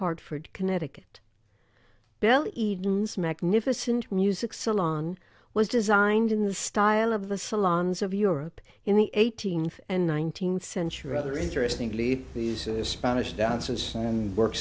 hartford connecticut bel eden's magnificent music so long was designed in the style of the salons of europe in the eighteenth and nineteenth century rather interesting lee he is a spanish dances and works